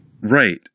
Right